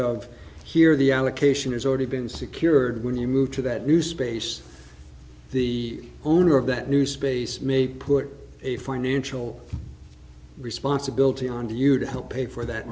of here the allocation has already been secured when you move to that new space the owner of that new space may put a financial responsibility on duty to help pay for that